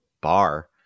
bar